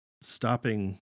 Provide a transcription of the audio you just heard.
stopping